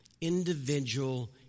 individual